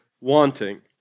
wanting